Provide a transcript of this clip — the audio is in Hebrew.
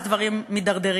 אז דברים מידרדרים.